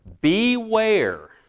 Beware